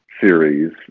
series